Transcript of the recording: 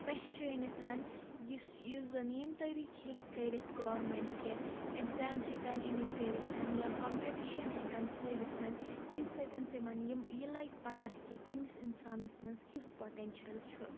پہچٲنِتھ یُس یُس زنہٕ ییٚمہِ طریٖقہٕ ہٮ۪کہِ کٔرِتھ گورمنٛٹ کہِ اٮ۪گزام ہٮ۪کَن أمِکۍ کٔرِتھ یا کَمپِٹِیشَن ہٮ۪کَن تھٲوِتھ ییٚمہِ سۭتۍ تِمَن یِم یہِ لَگہِ پتہٕ کہِ کٔمِس اِنسانَس منٛز کیُتھ پوٹینشَل چھُ